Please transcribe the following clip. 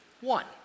one